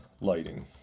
lighting